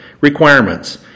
requirements